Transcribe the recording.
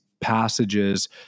passages